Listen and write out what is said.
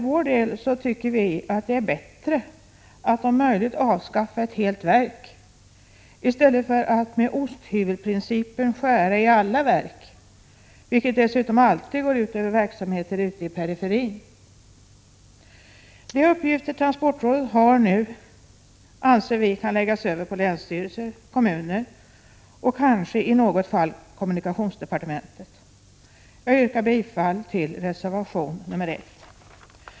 Vi tycker att det är bättre att om möjligt avskaffa ett helt verk i stället för att med osthyvelprincipen skära i alla verk, vilket dessutom alltid går ut över verksamheter ute i periferin. De uppgifter som transportrådet nu har anser vi kan läggas över på länsstyrelser, kommuner och kanske i något fall på kommunikationsdepartementet. Jag yrkar bifall till reservation 1.